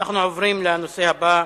אנחנו עוברים לנושא הבא,